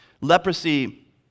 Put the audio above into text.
leprosy